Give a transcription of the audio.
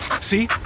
See